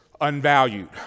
unvalued